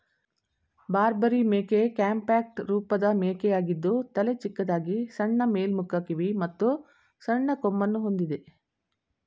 ಬಾರ್ಬರಿ ಮೇಕೆ ಕಾಂಪ್ಯಾಕ್ಟ್ ರೂಪದ ಮೇಕೆಯಾಗಿದ್ದು ತಲೆ ಚಿಕ್ಕದಾಗಿ ಸಣ್ಣ ಮೇಲ್ಮುಖ ಕಿವಿ ಮತ್ತು ಸಣ್ಣ ಕೊಂಬನ್ನು ಹೊಂದಿದೆ